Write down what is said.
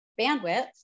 bandwidth